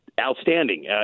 outstanding